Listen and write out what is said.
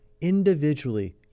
individually